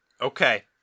Okay